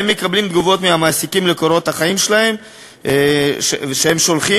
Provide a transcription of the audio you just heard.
הם מקבלים תגובות מהמעסיקים לקורות החיים שלהם שהם שולחים,